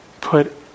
put